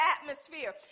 atmosphere